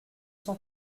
cent